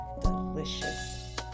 delicious